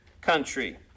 country